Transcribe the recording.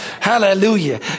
Hallelujah